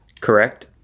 Correct